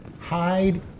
Hide